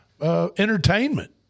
entertainment